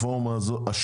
אחר.